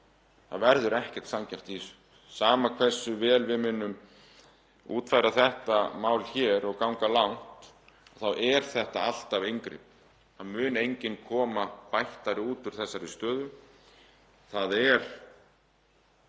Það verður ekkert sanngjarnt í þessu. Sama hversu vel við munum útfæra þetta mál hér og ganga langt þá er þetta alltaf inngrip. Það mun enginn koma bættari út úr þessari stöðu. Það er